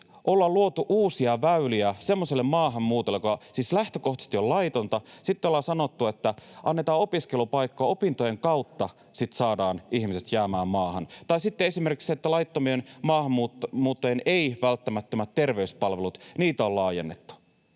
ollaan luotu uusia väyliä semmoiselle maahanmuutolle, joka siis lähtökohtaisesti on laitonta. Sitten ollaan sanottu, että annetaan opiskelupaikkoja ja opintojen kautta sitten saadaan ihmiset jäämään maahan, tai sitten esimerkiksi se, että laittomien maahanmuuttajien ei-välttämättömiä terveyspalveluita on laajennettu.